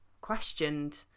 questioned